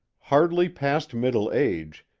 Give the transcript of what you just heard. hardly past middle age,